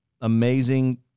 amazing